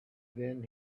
then